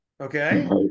okay